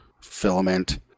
filament